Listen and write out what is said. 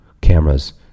cameras